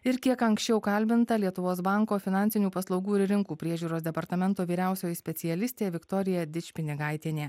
ir kiek anksčiau kalbinta lietuvos banko finansinių paslaugų ir rinkų priežiūros departamento vyriausioji specialistė viktorija dičpinigaitienė